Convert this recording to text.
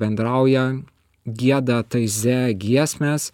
bendrauja gieda taize giesmes